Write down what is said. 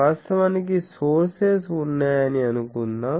వాస్తవానికి సోర్సెస్ ఉన్నాయని అనుకుందాం